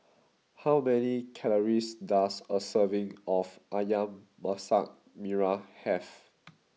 how many calories does a serving of Ayam Masak Merah have